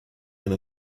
and